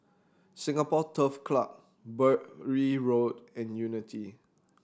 Singapore Turf Club Bury Road and Unity